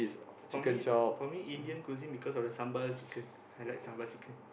for me for me Indian cuisine because of the sambal chicken I like sambal chicken